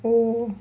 oh